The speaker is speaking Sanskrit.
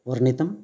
वर्णितम्